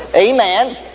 Amen